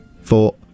Four